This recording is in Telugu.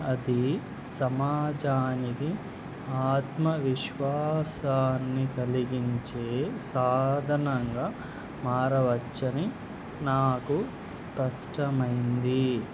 అది సమాజానికి ఆత్మవిశ్వాసాన్ని కలిగించే సాధనంగా మారవచ్చని నాకు స్పష్టమైంది